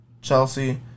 Chelsea